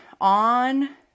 on